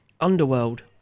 Underworld